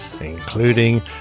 including